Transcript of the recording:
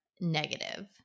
negative